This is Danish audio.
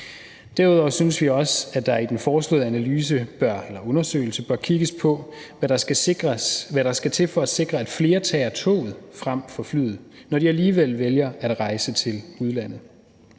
Derudover synes vi også, at der i den foreslåede undersøgelse bør kigges på, hvad der skal til for at sikre, at flere tager toget frem for flyet, når de alligevel vælger at rejse til udlandet.